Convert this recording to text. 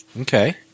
Okay